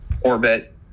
orbit